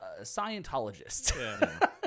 Scientologist